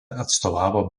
atstovavo